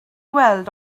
weld